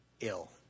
ill